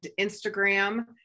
Instagram